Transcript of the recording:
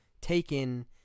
taken